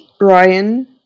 Ryan